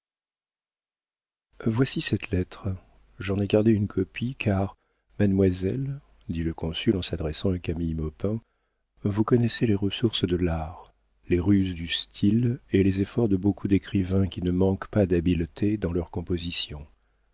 voici cette lettre j'en ai gardé une copie car mademoiselle dit le consul en s'adressant à camille maupin vous connaissez les ressources de l'art les ruses du style et les efforts de beaucoup d'écrivains qui ne manquent pas d'habileté dans leurs compositions